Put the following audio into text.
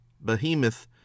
behemoth